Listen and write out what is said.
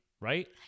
right